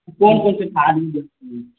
कोन कोन सा खाद ऊद लगतै